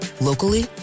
locally